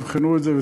יבחנו את זה,